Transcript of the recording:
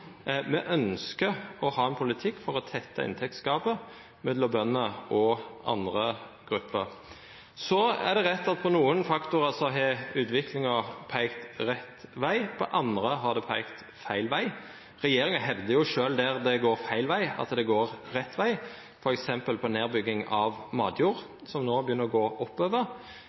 Me ønskjer å ha ein politikk for å tetta inntektsgapet mellom bønder og andre grupper. Så er det rett at for nokre faktorar har utviklinga peikt rett veg, for andre har ho peikt feil veg. Regjeringa hevdar sjølv at der det går feil veg, går det rett veg, f.eks. på nedbygging av matjord, som no begynner å gå oppover.